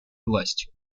властью